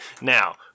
Now